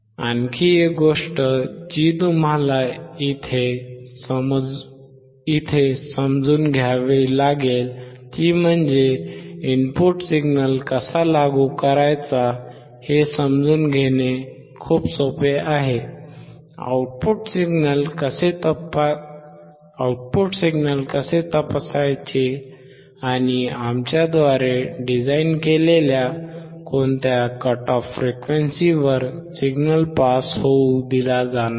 आणखी एक गोष्ट जी तुम्हाला इथे समजून घ्यावी लागेल ती म्हणजे इनपुट सिग्नल कसा लागू करायचा हे समजून घेणे खूप सोपे आहे आउटपुट सिग्नल कसे तपासायचे आणि आमच्याद्वारे डिझाइन केलेल्या कोणत्या कट ऑफ फ्रिक्वेंसीवर सिग्नल पास होऊ दिला जाणार नाही